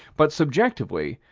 but, subjectively,